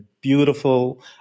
beautiful